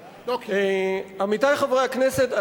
עמיתי חברי הכנסת,